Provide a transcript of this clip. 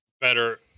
better